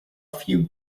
few